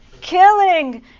killing